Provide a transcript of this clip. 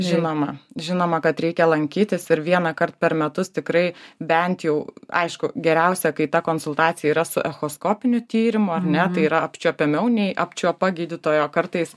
žinoma žinoma kad reikia lankytis ir vienąkart per metus tikrai bent jau aišku geriausia kai ta konsultacija yra su echoskopiniu tyrimu ar ne tai yra apčiuopiamiau nei apčiuopa gydytojo kartais